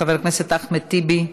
חבר הכנסת אחמד טיבי,